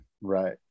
right